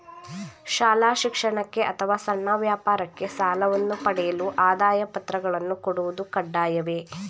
ಶಾಲಾ ಶಿಕ್ಷಣಕ್ಕೆ ಅಥವಾ ಸಣ್ಣ ವ್ಯಾಪಾರಕ್ಕೆ ಸಾಲವನ್ನು ಪಡೆಯಲು ಆದಾಯ ಪತ್ರಗಳನ್ನು ಕೊಡುವುದು ಕಡ್ಡಾಯವೇ?